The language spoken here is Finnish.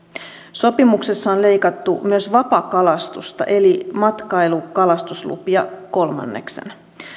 sopimuksessa on leikattu myös vapakalastusta eli matkailukalastuslupia kolmanneksen